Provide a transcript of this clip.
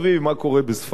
מה קורה בספרד,